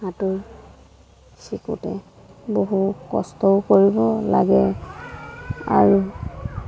সাঁতোৰ শিকোঁতে বহু কষ্টও কৰিব লাগে আৰু